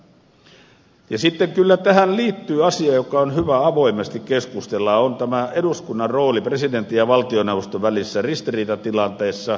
sitten kyllä tähän liittyy asia josta on hyvä avoimesti keskustella ja se on tämä eduskunnan rooli presidentin ja valtioneuvoston välisissä ristiriitatilanteissa